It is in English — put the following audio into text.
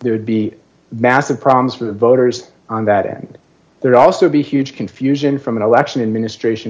that would be massive problems for the voters on that and there are also be huge confusion from an election administration